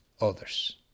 others